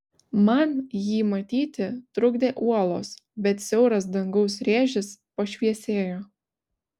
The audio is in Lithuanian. man jį matyti trukdė uolos bet siauras dangaus rėžis pašviesėjo